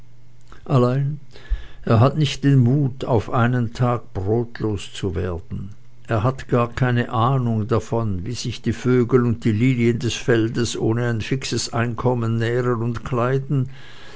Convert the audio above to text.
allein er hat nicht den mut auf einen tag brotlos zu werden er hat gar keine ahnung davon wie sich die vögel und die lilien des feldes ohne ein fixes einkommen nähren und kleiden